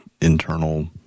internal